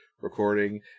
recording